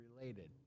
related